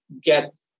get